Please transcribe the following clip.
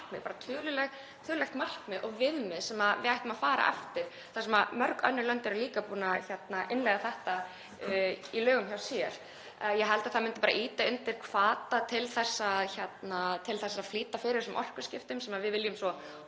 tölulegt markmið og viðmið sem við ættum að fara eftir og mörg önnur lönd eru líka búin að innleiða þetta í lög hjá sér. Ég held að það myndi bara ýta undir hvata til þess að flýta fyrir orkuskiptunum sem við viljum svo